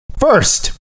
First